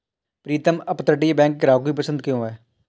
प्रीतम अपतटीय बैंक ग्राहकों की पसंद क्यों है?